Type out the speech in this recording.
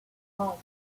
hedgehog